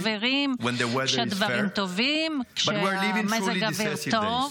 כולם חברינו כשהדברים על מי מנוחות וכשמזג האוויר טוב,